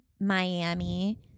Miami